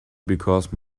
because